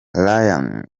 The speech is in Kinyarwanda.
ryan